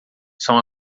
são